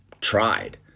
tried